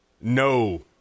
No